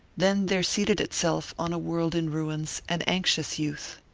then there seated itself on a world in ruins an anxious youth.